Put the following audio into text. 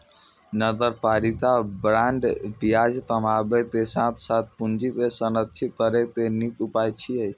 नगरपालिका बांड ब्याज कमाबै के साथ साथ पूंजी के संरक्षित करै के नीक उपाय छियै